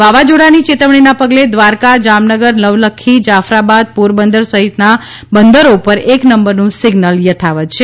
વાવાઝોડાની ચેતવણીના પગલે દ્વારકા જામનગર નવલખી જાફરાબાદ પોરબંદર સહિતના બંદરો ઉપર એક નંબરનું સિઝ્નલ યથાવત છે